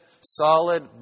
solid